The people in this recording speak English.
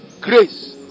grace